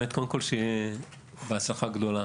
קודם כול, שיהיה בהצלחה גדולה.